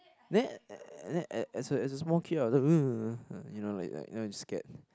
then and as a as a small kid right I was you know like like you know when you scared